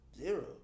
Zero